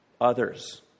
others